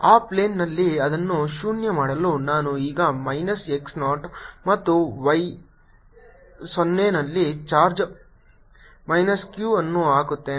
ಆ ಪ್ಲೇನ್ ನಲ್ಲಿ ಅದನ್ನು ಶೂನ್ಯ ಮಾಡಲು ನಾನು ಈಗ ಮೈನಸ್ x ನಾಟ್ ಮತ್ತು y 0 ನಲ್ಲಿ ಚಾರ್ಜ್ ಮೈನಸ್ q ಅನ್ನು ಹಾಕುತ್ತೇನೆ